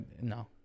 no